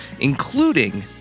including